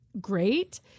great